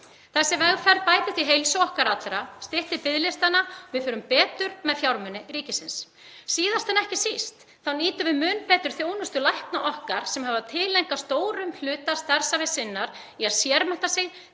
Þessi vegferð bætir því heilsu okkar allra, styttir biðlistana og við förum betur með fjármuni ríkisins. Síðast en ekki síst nýtum við mun betur þjónustu lækna okkar sem hafa tileinkað stóran hluta starfsævi sinnar því að sérmennta sig